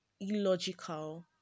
illogical